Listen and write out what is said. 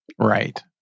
right